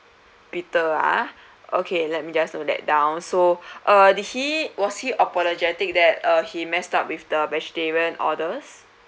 peter ah okay let me just note that down so uh did he was he apologetic that uh he messed up with the vegetarian orders